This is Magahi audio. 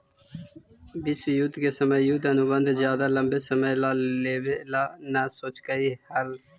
विश्व युद्ध के समय युद्ध अनुबंध ज्यादा लंबे समय ला लेवे ला न सोचकई हल